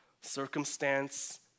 circumstance